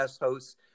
hosts